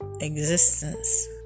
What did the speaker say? existence